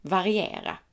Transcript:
Variera